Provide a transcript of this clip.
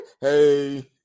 hey